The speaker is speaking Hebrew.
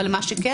אבל מה שכן,